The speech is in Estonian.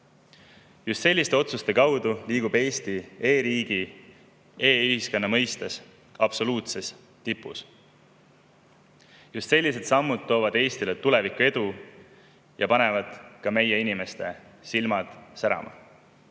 Just selliste otsuste kaudu liigub Eesti e‑riigi, e‑ühiskonna mõistes absoluutses tipus. Just sellised sammud toovad Eestile tuleviku edu ja panevad ka meie inimeste silmad särama.